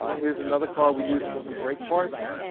ah here's another car we used for some brake parts.